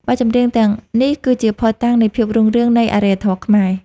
បទចម្រៀងទាំងនេះគឺជាភស្តុតាងនៃភាពរុងរឿងនៃអរិយធម៌ខ្មែរ។